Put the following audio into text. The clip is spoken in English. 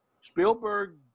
Spielberg